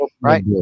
right